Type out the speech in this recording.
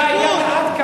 תתבייש לך.